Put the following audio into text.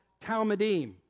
Talmudim